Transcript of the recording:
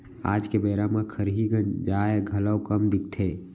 आज के बेरा म खरही गंजाय घलौ कम दिखथे